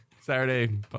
Saturday